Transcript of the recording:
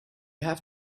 have